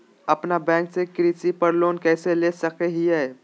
अपना बैंक से कृषि पर लोन कैसे ले सकअ हियई?